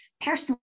personal